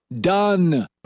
Done